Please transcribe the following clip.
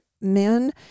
men